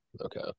Okay